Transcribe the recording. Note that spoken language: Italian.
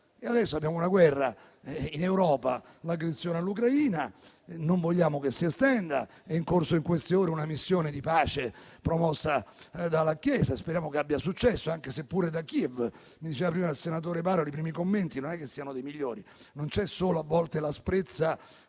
Adesso abbiamo una guerra in Europa, con l'aggressione all'Ucraina, che non vogliamo che si estenda. È in corso in queste ore una missione di pace promossa dalla Chiesa: speriamo che abbia successo, anche se pure da Kiev - mi diceva prima il senatore Paroli - i primi commenti non sono dei migliori. Non c'è solo, a volte, l'asprezza,